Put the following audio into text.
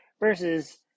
versus